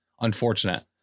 unfortunate